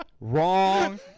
wrong